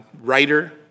writer